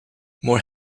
more